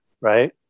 right